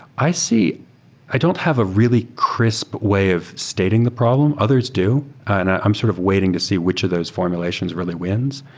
i see i don't have a really crisp way of stating the problems. others do, and i'm sort of waiting to see which are those formulations really wins.